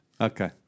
okay